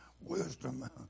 wisdom